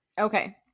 okay